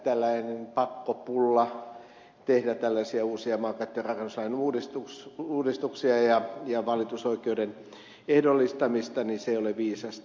tällainen pakkopulla tehdä tällaisia uusia maankäyttö ja rakennuslain uudistuksia ja valitusoikeuden ehdollistamista ei ole viisasta